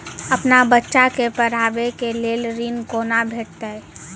अपन बच्चा के पढाबै के लेल ऋण कुना भेंटते?